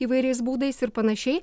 įvairiais būdais ir panašiai